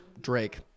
Drake